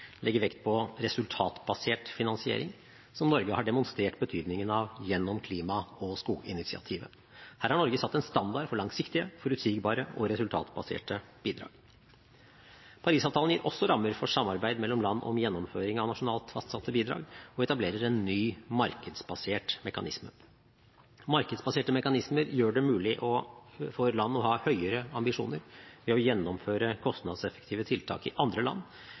legger vekt på resultatbasert finansiering, som Norge har demonstrert betydningen av gjennom Klima- og skoginitiativet. Her har Norge satt en standard for langsiktige, forutsigbare og resultatbaserte bidrag. Paris-avtalen gir også rammer for samarbeid mellom land om gjennomføring av nasjonalt fastsatte bidrag og etablerer en ny markedsbasert mekanisme. Markedsbaserte mekanismer gjør det mulig for land å ha høyere ambisjoner ved å gjennomføre kostnadseffektive tiltak i andre land